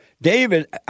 David